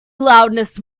loudness